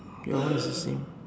your one is the same